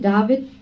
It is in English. David